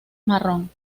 marrón